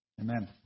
Amen